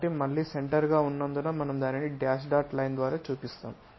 కాబట్టి మళ్ళీ సెంటర్ గా ఉన్నందున మనం దానిని డాష్ డాట్ లైన్ ద్వారా చూపిస్తాము